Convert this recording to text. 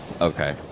Okay